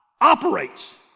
operates